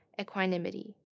equanimity